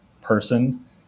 person